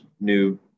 new